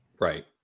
Right